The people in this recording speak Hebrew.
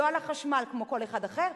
לא על החשמל, כמו כל אחד אחר.